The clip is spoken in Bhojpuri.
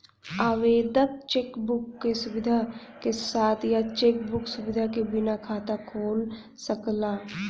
आवेदक चेक बुक क सुविधा के साथ या चेक बुक सुविधा के बिना खाता खोल सकला